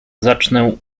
zacznę